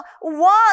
one